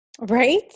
Right